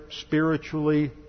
spiritually